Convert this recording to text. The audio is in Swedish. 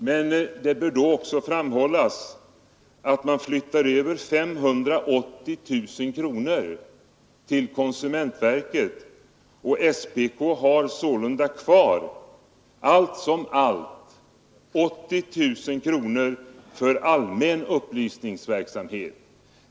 Men det bör då också framhållas att man flyttar över 580 000 kronor till konsumentverket, och SPK har sålunda kvar allt som allt 80 000 kronor för allmän upplysningsverksamhet.